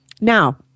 Now